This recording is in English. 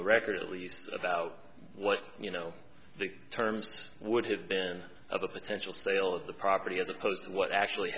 the record at least about what you know the terms would have been a potential sale of the property as opposed to what actually